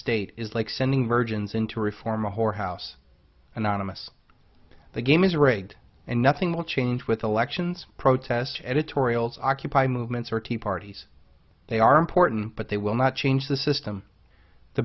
state is like sending virgins in to reform a whorehouse anonymous the game is rigged and nothing will change with elections protest editorials occupy movements or tea parties they are important but they will not change the system the